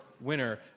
winner